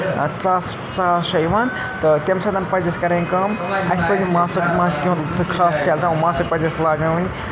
ژاس ژاس چھےٚ یِوان تہٕ تمہِ سۭتۍ پَزِ اَسہِ کَرٕنۍ کٲم اَسہِ پَزِ ماسٕک ماسِکہِ ہُنٛد تہٕ خاص خیال تام ماسٕک پَزِ اَسہِ لاگاوٕنۍ